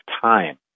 time